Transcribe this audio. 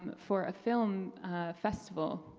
um for a film festival.